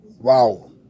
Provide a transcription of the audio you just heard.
Wow